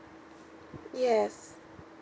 yes